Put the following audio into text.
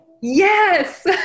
Yes